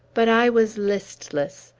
but i was listless,